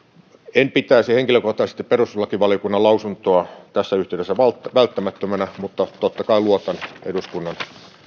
en pitäisi henkilökohtaisesti perustuslakivaliokunnan lausuntoa tässä yhteydessä välttämättömänä mutta totta kai luotan eduskunnan